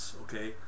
okay